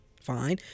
fine